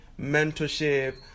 mentorship